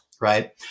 right